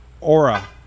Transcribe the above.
aura